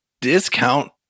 discount